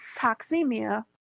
toxemia